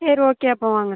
சரி ஓகே அப்போது வாங்க